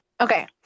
Okay